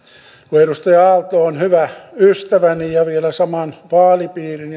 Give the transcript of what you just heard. kun edustaja aalto on hyvä ystäväni ja vielä saman vaalipiirin